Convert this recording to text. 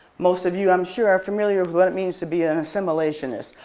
most of you i'm sure are familiar with what it means to be an assimilationist.